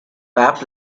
map